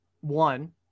one